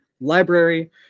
library